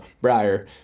briar